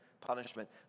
punishment